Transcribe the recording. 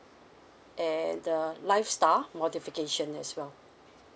and uh lifestyle modification as well